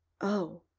Oh